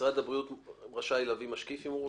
משרד הבריאות רשאי להביא משקיף אם הוא רוצה.